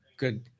Good